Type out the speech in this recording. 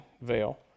veil